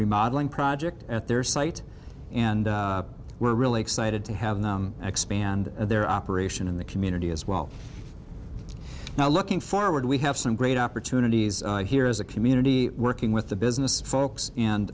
remodeling project at their site and we're really excited to have them expand their operation in the community as well now looking forward we have some great opportunities here as a community working with the business folks and